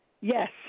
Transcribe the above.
Yes